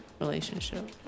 relationship